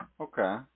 Okay